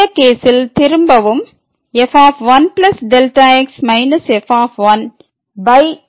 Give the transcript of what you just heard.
இந்த கேசில் திரும்பவும் f 1x f1x